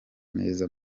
neza